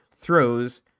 throws